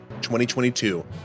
2022